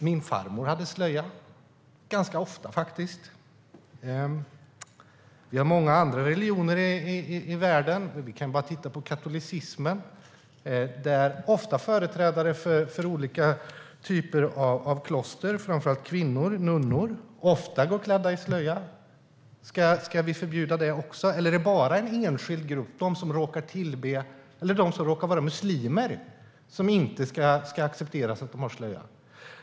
Min farmor hade faktiskt ganska ofta slöja. Inom till exempel katolicismen går ofta företrädare för olika typer av kloster, framför allt kvinnor, alltså nunnor, klädda i slöja. Ska vi förbjuda det också, eller är det bara en enskild grupp, nämligen de som råkar vara muslimer, som vi inte ska acceptera bär slöja?